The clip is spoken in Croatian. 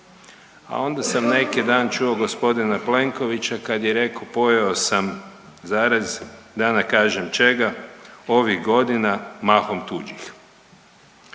A onda sam neki dan čuo gospodina Plenkovića kad je rekao pojeo sam zarez da ne kažem čega ovih godina mahom tuđih.